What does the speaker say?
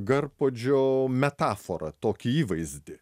garpuodžio metaforą tokį įvaizdį